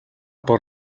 бор